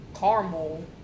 caramel